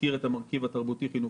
שהזכיר את המרכיב התרבותי-חינוכי.